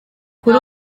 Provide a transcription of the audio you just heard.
kuri